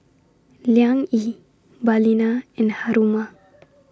Liang Yi Balina and Haruma